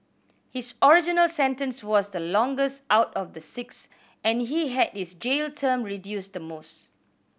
his original sentence was the longest out of the six and he had his jail term reduced the most